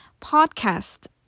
podcast